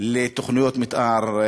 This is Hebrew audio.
לתוכניות מתאר.